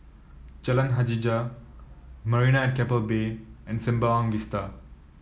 Jalan Hajijah Marina at Keppel Bay and Sembawang Vista